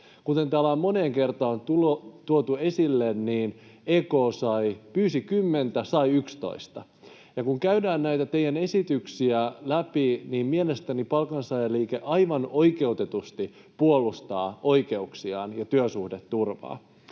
Kuten täällä on moneen kertaan tuotu esille, niin EK pyysi kymmentä, sai yksitoista, ja kun käydään näitä teidän esityksiänne läpi, niin mielestäni palkansaajaliike aivan oikeutetusti puolustaa oikeuksiaan ja työsuhdeturvaa.